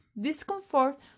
discomfort